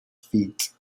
feet